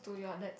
to your dad